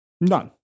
None